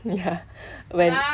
ya when